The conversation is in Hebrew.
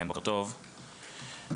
בוקר טוב,